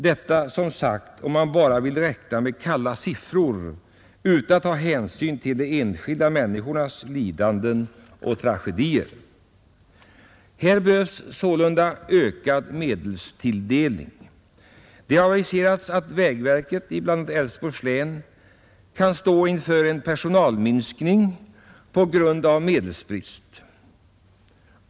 Detta, som sagt, om man bara vill räkna i kalla siffror utan att ta hänsyn till de enskilda människornas lidanden och tragedier! Här behövs sålunda ökad medelstilldelning. Det har aviserats att vägverket, bl.a. i Älvsborgs län, kan stå inför en personalminskning på grund av medelsbrist.